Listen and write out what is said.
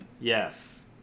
Yes